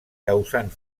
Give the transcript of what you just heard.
causant